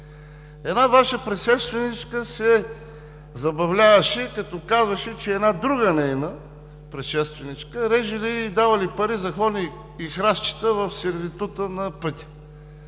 Една Ваша предшественичка се забавляваше, като казваше за друга нейна предшественичка – режели и давали пари за клони и храстчета в сервитута на пътя.